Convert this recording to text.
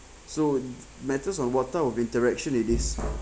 so matters on what type of interaction it is